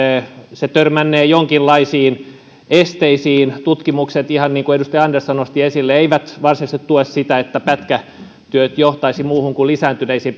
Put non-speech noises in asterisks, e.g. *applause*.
se törmännee jonkinlaisiin esteisiin tutkimukset ihan niin kuin edustaja andersson nosti esille eivät varsinaisesti tue sitä että pätkätyöt johtaisivat muuhun kuin lisääntyneisiin *unintelligible*